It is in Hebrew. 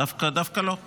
דווקא לא.